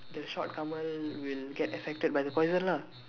the short Kamal will get affected by the poison lah